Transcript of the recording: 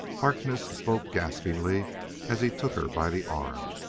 harkness spoke gaspingly as he took her by the arm